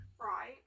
Right